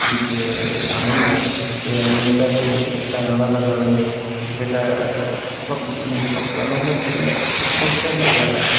যে আনন্দ সে আনন্দটাই একটা আলাদা ধরনের যেটা সব সব আনন্দের থেকে সবথেকে আলাদা